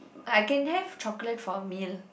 I can have chocolate for a meal